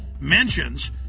mentions